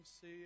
see